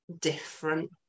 different